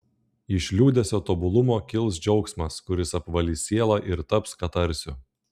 iš liūdesio tobulumo kils džiaugsmas kuris apvalys sielą ir taps katarsiu